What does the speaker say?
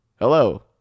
Hello